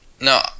no